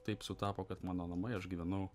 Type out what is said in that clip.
taip sutapo kad mano namai aš gyvenau